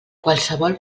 qualsevol